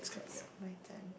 it's my turn